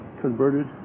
converted